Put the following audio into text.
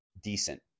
decent